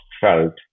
felt